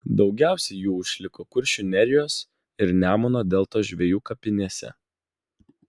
daugiausiai jų išliko kuršių nerijos ir nemuno deltos žvejų kapinėse